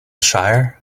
shire